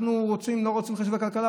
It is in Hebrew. אנחנו לא רוצים לחשוב על כלכלה,